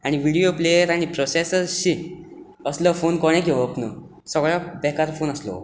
आनी video player आनी processor शी असलो फोन कोणें घेवप न्हय बेकार फोन असलो